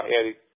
Eddie